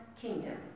kingdom